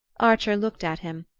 archer looked at him,